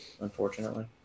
Unfortunately